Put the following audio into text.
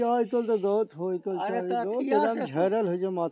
rock मधुमाछी के शहद जंगल सं निकालल जाइ छै